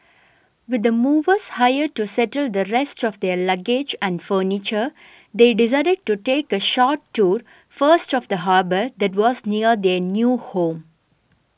with the movers hired to settle the rest of their luggage and furniture they decided to take a short tour first of the harbour that was near their new home